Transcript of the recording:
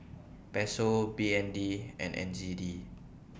Peso B N D and N Z D